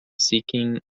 seeking